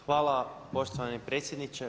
Hvala poštovani predsjedniče.